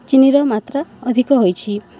ଚିନିର ମାତ୍ରା ଅଧିକ ହୋଇଛି